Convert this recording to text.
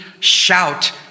shout